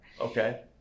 okay